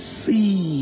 see